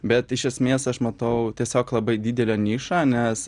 bet iš esmės aš matau tiesiog labai didelę nišą nes